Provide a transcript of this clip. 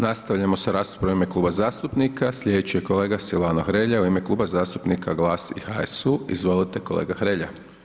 Nastavljamo sa raspravama u ime kluba zastupnika, slijedeći je kolega Silvano Hrelja u ime kluba zastupnika GLAS i HSU, izvolite kolega Hrelja.